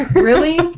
really?